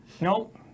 Nope